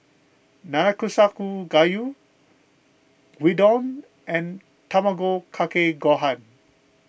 Nanakusa Gayu Gyudon and Tamago Kake Gohan